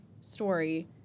story